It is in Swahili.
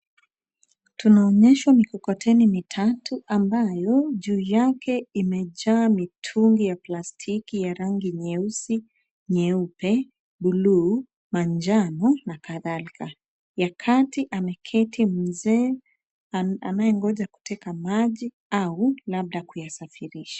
Tunaonyeshwa mikokoteni mitatu ambayo juu yake imejaa mitungi ya plastiki ya rangi nyeusi, nyeupe, buluu, manjano na kadhalika. Ya kati ameketi mzee anayengoja kuteka maji au labda kuyasafirisha.